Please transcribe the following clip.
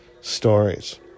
Stories